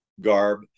garb